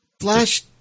Flash